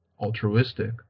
altruistic